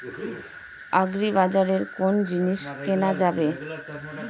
আগ্রিবাজারে কোন জিনিস কেনা যাবে?